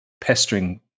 pestering